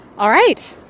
all right.